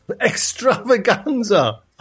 extravaganza